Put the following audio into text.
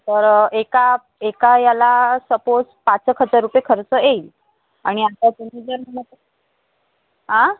तर एका एका याला सपोज पाच एक हजार रुपये खर्च येईल आणि आता तुम्ही जर म्हणला तर आं